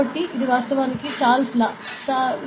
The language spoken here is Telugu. కాబట్టి ఇది వాస్తవానికి చార్లెస్ చట్టం